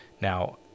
Now